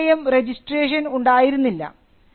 അത് ഇതുവരെയും രജിസ്ട്രേഷൻ ഉണ്ടായിരുന്നില്ല